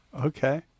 Okay